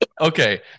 Okay